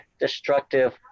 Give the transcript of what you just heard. destructive